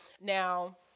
Now